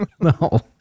No